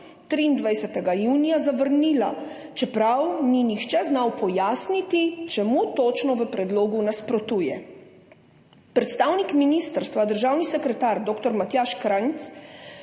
23. junija zavrnila. Čeprav ni nihče znal pojasniti, čemu točno v predlogu nasprotuje. Predstavnik ministrstva državni sekretar dr. Matjaž Krajnc